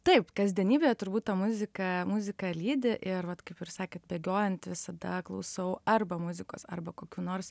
taip kasdienybėje turbūt ta muzika muzika lydi ir vat kaip ir sakėt bėgiojant visada klausau arba muzikos arba kokių nors